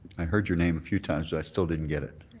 i heard your name a few times but i still didn't get it.